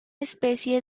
especie